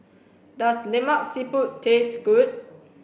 does Lemak Siput taste good